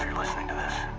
listening to this,